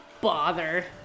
bother